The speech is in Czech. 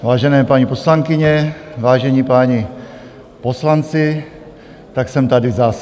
Vážené paní poslankyně, vážení páni poslanci, tak jsem tady zas.